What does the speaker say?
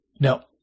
no